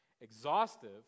exhaustive